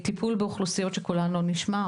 יש כאן גם טיפול באוכלוסיות שקולן לא נשמע.